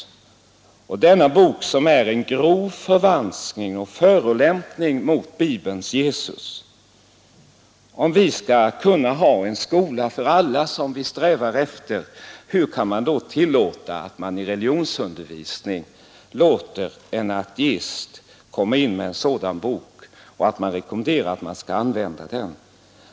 Denna bok är en grov förvanskning och en förolämpning mot Bibelns Jesus. Om vi skall kunna ha en skola för alla, vilket vi strävar efter, hur kan vi då tillåta att man i religionsundervisningen låter en ateist komma in med en sådan bok och att den rekommenderas till användning?